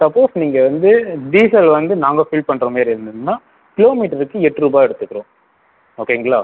suppose நீங்கள் வந்து diesel வந்து நாங்கள் ஃபில் பண்ணுறமேரி இருந்துதுன்னா கிலோமீட்டர்க்கு எட்டு ரூபாய் எடுத்துக்குறோம் ஓகேங்களா